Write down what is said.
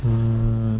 mm